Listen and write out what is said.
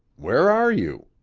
where are you?